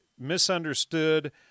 misunderstood